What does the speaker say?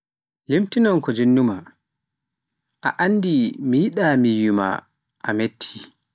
Limtinam ko jinnu maa, a annndi mi yiɗa mi wiyi ma a metti.